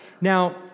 Now